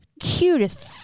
Cutest